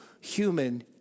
human